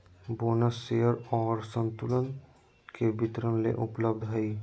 bonus share और संतुलन के वितरण ले उपलब्ध हइ